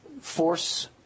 force